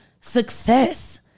success